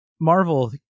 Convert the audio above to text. Marvel